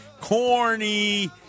Corny